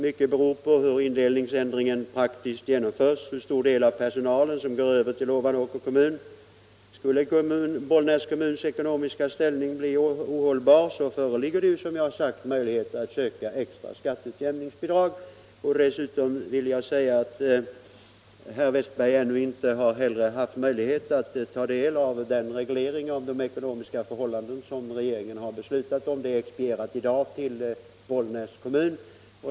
Mycket beror på hur indelningsändringen praktiskt genomförs, hur stor del av personalen som går över till Ovanåkers kommun. Skulle Bollnäs kommuns ekonomiska ställning bli ohållbar föreligger, som jag sagt, möjlighet att söka extra skatteutjämningsbidrag. Vidare har herr Westberg i Ljusdal ännu inte haft möjlighet att få uppgift om den reglering av de ekonomiska förhållandena som regeringen beslutat om; beskedet har expedierats i dag till Bollnäs kommun.